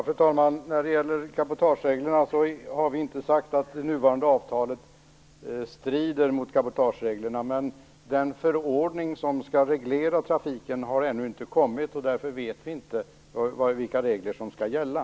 Fru talman! Vi har inte sagt att det nuvarande avtalet strider mot cabotagereglerna. Men den förordning som skall reglera trafiken har ännu inte kommit. Därför vet vi inte vilka regler som skall gälla.